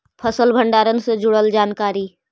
फसल भंडारन से जुड़ल जानकारी?